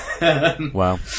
Wow